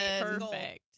perfect